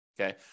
Okay